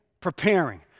preparing